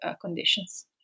conditions